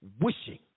wishing